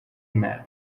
man